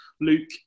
Luke